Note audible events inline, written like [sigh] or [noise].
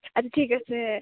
[unintelligible] ঠিক আছে